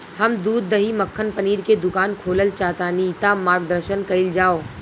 हम दूध दही मक्खन पनीर के दुकान खोलल चाहतानी ता मार्गदर्शन कइल जाव?